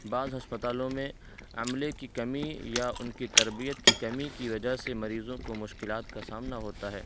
بعض ہسپتالوں میں عملے کی کمی یا ان کی تربیت کی کمی کی وجہ سے مریضوں کو مشکلات کا سامنا ہوتا ہے